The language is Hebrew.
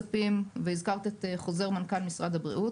הזכרת את חוזר מנכ"ל משרד הבריאות.